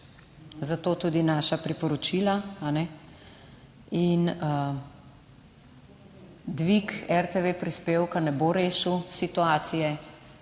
za to tudi naša priporočila, kajne in dvig RTV prispevka ne bo rešil situacije.